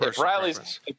Riley's